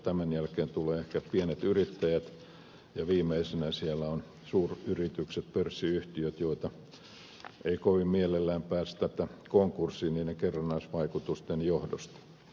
tämän jälkeen tulevat ehkä pienet yrittäjät ja viimeisenä siellä ovat suuryritykset pörssiyhtiöt joita ei kovin mielellään päästetä konkurssiin niiden kerrannaisvaikutusten johdosta